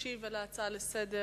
ישיב על ההצעה לסדר-היום